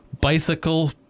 Bicycle